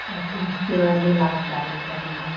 और फिर इसके बाद इलाज़ चालू करेंगे